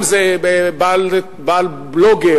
אם זה בעל בלוג,